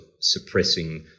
suppressing